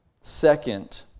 Second